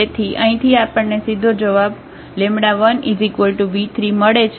તેથી અહીંથી આપણને સીધો જવાબ 1v3 મળે છે